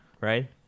right